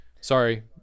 Sorry